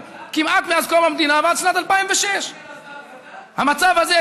כמעט מאז קום המדינה ועד שנת 2006. המצב הזה,